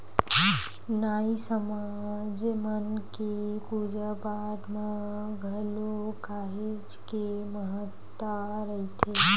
नाई समाज मन के पूजा पाठ म घलो काहेच के महत्ता रहिथे